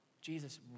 Jesus